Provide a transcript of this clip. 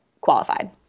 qualified